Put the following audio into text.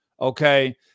okay